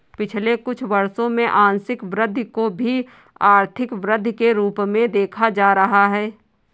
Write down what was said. पिछले कुछ वर्षों से आंशिक वृद्धि को भी आर्थिक वृद्धि के रूप में देखा जा रहा है